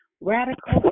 Radical